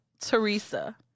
Teresa